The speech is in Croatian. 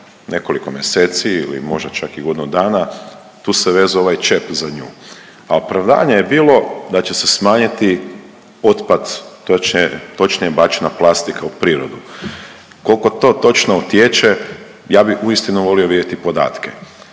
nekoliko mjeseci ili možda čak i godinu dana, tu se vezao ovaj čep za nju. A opravdanje je bilo da će se smanjiti otpad, to će, točnije bačena plastika u prirodu. Koliko to točno utječe, ja bi uistinu volio vidjeti podatke.